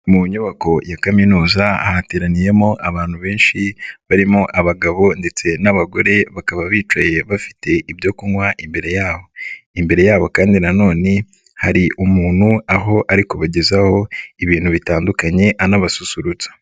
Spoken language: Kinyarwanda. Mu nyubako ya kaminuza hateraniyemo abantu benshi barimo abagabo ndetse n'abagore bakaba bicaye bafite ibyo kunywa imbere yabo, imbere yabo kandi nanone hari umuntu aho ari kubagezaho ibintu bitandukanye anabasusurutsa.